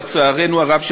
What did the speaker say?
לצערנו הרב,